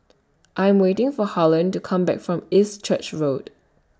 I Am waiting For Harlen to Come Back from East Church Road